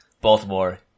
Baltimore